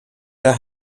der